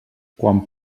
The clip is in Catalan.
quan